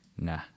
Nah